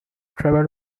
travel